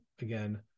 again